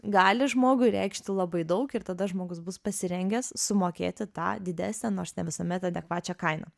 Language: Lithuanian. gali žmogui reikšti labai daug ir tada žmogus bus pasirengęs sumokėti tą didesnę nors ne visuomet adekvačią kainą